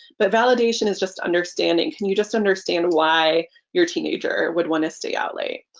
but validation is just understanding. can you just understand why your teenager would wanna stay out late.